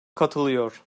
katılıyor